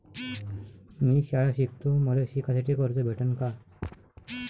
मी शाळा शिकतो, मले शिकासाठी कर्ज भेटन का?